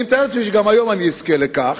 אני מתאר לעצמי שגם היום אזכה לכך,